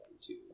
two